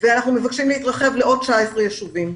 - ואנחנו מבקשים להתרחב לעוד 19 ישובים.